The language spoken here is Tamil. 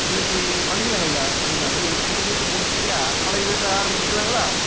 இன்னிக்கு பண்ணிக்கலாங்க ஐயா பண்ணிக்கலாம் இங்கே புது வீட்டை முடிச்சிட்டுங்க பழைய வீட்டை ஆரமிச்சிக்கிலாங்களா